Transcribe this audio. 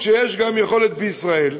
כשיש גם יכולת בישראל,